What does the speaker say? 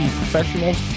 professionals